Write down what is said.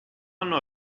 anno